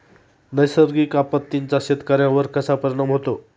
नैसर्गिक आपत्तींचा शेतकऱ्यांवर कसा परिणाम होतो?